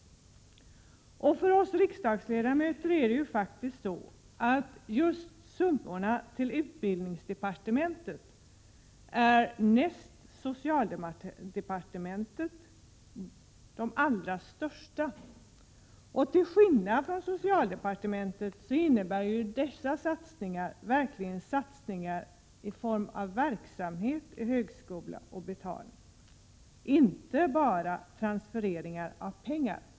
För oss riksdagsledamöter är det faktiskt så, att just summorna till utbildningsdepartementet är näst summorna till socialdeparte mentet de allra största. Till skillnad från vad som gäller socialdepartementet innebär ju satsningar som avser utbildningsdepartementet — satsningar på verksamhet vid högskolor och betalning av lärarlöner — inte bara transfereringar av pengar.